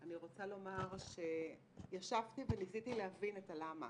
אני רוצה לומר שישבתי וניסיתי להבין את הלמה,